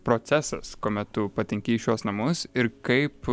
procesas kuomet tu patenki į šiuos namus ir kaip